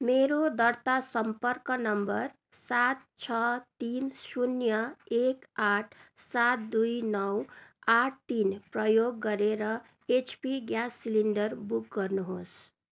मेरो दर्ता सम्पर्क नम्बर सात छ तिन शून्य एक आठ सात दुई नौ आठ तिन प्रयोग गरेर एचपी ग्यास सिलिन्डर बुक गर्नुहोस्